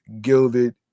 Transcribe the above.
gilded